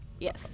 Yes